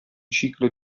ciclo